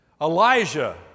Elijah